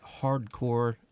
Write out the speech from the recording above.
hardcore